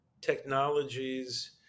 technologies